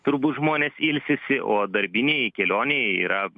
turbūt žmonės ilsisi o darbinėj kelionėj yra